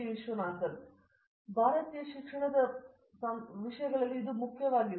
ವಿಶ್ವನಾಥನ್ ಸರಿ ಈ ಭಾರತೀಯ ಶಿಕ್ಷಣದ ಮುಖ್ಯ ವಿಷಯಗಳಲ್ಲಿ ಒಂದಾಗಿದೆ